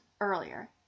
earlier